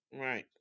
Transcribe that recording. Right